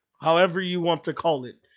however you want to call it?